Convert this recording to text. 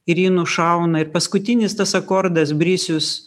ir jį nušauna ir paskutinis tas akordas brisius